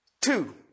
Two